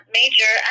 major